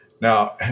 Now